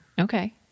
Okay